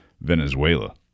Venezuela